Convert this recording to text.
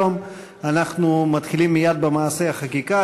מייד במעשה החקיקה,